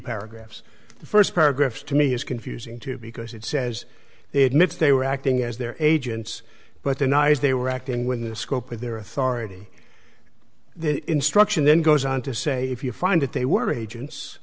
paragraphs the first paragraph to me is confusing too because it says it needs they were acting as their agents but they're not as they were acting within the scope of their authority the instruction then goes on to say if you find that they were agents